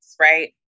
Right